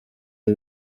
ibi